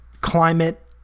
climate